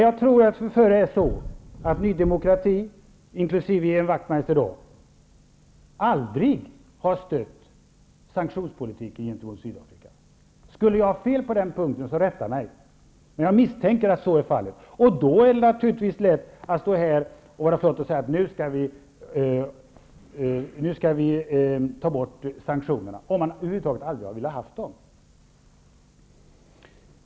Wachtmeister -- aldrig har stött sanktionspolitiken gentemot Sydafrika. Skulle jag ha fel på den punkten, så rätta mig! Men jag misstänkter att så är fallet. Det är naturligtvis lätt att stå här och vara flott och säga att vi nu skall ta bort sanktionerna om man aldrig har velat ha dem över huvud taget.